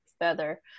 further